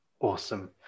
Awesome